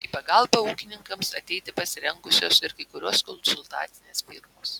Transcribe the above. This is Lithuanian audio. į pagalbą ūkininkams ateiti pasirengusios ir kai kurios konsultacinės firmos